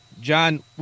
John